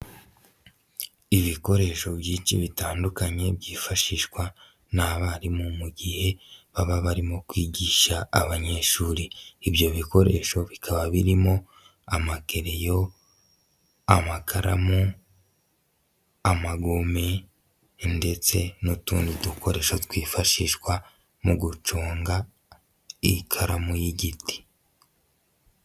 Ibikoresho byinshi bitandukanye byifashishwa n'abarimu mu gihe baba barimo kwigisha abanyeshuri. Ibyo bikoresho bikaba birimo amakereyo, amakaramu, amagome ndetse n'utundi dukoresho twifashishwa mu gucunga ikaramu y'igiti.